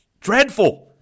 Dreadful